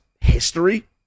history